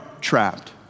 trapped